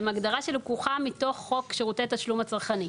שהם הגדרה שלקוחה מתוך חוק שירותי תשלום הצרכני.